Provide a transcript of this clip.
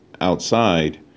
outside